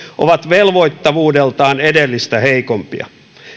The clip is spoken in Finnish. ovat velvoittavuudeltaan edellistä heikompia